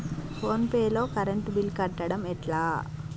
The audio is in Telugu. ఫోన్ పే లో కరెంట్ బిల్ కట్టడం ఎట్లా?